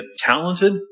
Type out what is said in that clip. talented